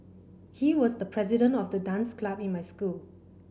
he was the president of the dance club in my school